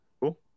Cool